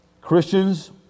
Christians